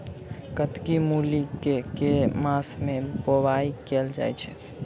कत्की मूली केँ के मास मे बोवाई कैल जाएँ छैय?